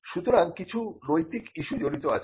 সুতরাং কিছু নৈতিক ইসু জড়িত আছে